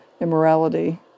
immorality